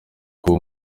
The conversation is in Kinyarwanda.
kuba